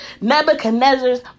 Nebuchadnezzar's